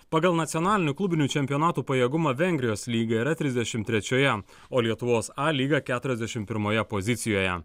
pagal nacionalinių klubinių čempionatų pajėgumą vengrijos lyga yra trisdešim trečioje o lietuvos a lyga keturiasdešim pirmoje pozicijoje